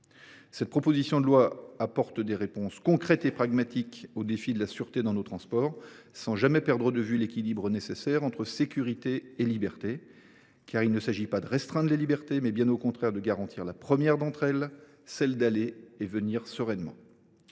La proposition de loi apporte des réponses concrètes et pragmatiques aux défis de la sûreté dans nos transports, sans jamais perdre de vue l’équilibre nécessaire entre sécurité et libertés. En effet, il s’agit non de restreindre les libertés, mais bien au contraire de garantir la première d’entre elles, celle d’aller et venir sereinement.